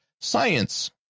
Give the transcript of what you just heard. science